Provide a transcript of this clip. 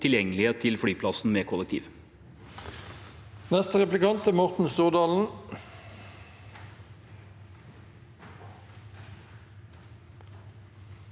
tilgjengelighet til flyplassen med kollektivtransport.